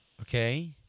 Okay